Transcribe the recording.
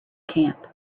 camp